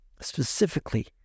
specifically